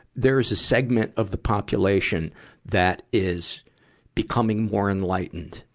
there is a segment of the population that is becoming more enlightened.